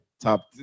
Top